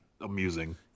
amusing